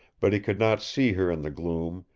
but he could not see her in the gloom,